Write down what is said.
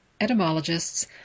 etymologists